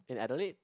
in Adelaide